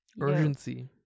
Urgency